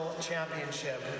championship